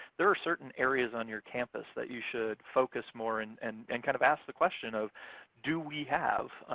there are certain areas on your campus that you should focus more and and and kind of ask the question of do we have